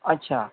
अच्छा